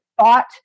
thought